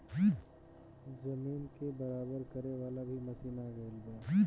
जमीन के बराबर करे वाला भी मशीन आ गएल बा